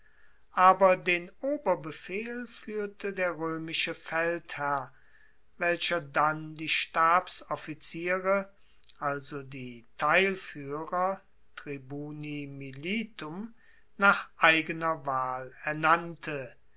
aber den oberbefehl fuehrte der roemische feldherr welcher dann die stabsoffiziere also die teilfuehrer tribuni militum nach eigener wahl ernannte